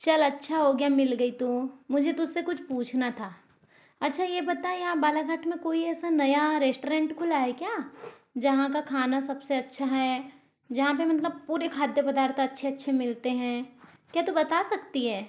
चल अच्छा हो गया मिल गई तू मुझे तुझसे कुछ पूछना था अच्छा ये बात यहाँ बालाघाट में कोई ऐसा नया रेस्टोरेंट खुला है क्या जहाँ का खाना सबसे अच्छा हैं जहाँ पर मतलब पूरे खाद्य पदार्थ अच्छे अच्छे मिलते हैं क्या तू बता सकती हैं